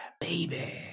baby